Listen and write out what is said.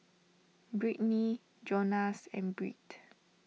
Brittnie Jonas and Britt